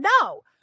No